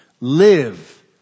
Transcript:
live